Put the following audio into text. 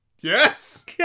Yes